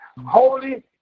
Holy